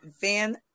Van